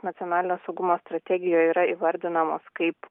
nacionalinio saugumo strategijoje yra įvardinamas kaip